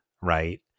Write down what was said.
right